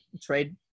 trade